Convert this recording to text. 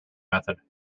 method